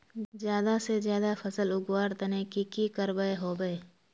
ज्यादा से ज्यादा फसल उगवार तने की की करबय होबे?